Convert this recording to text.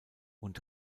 und